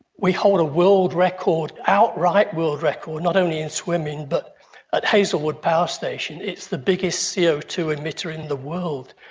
we hold a world record, an outright world record not only in swimming, but at hazelwood power station. it's the biggest c o two emitter in the world,